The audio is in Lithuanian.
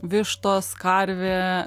vištos karvė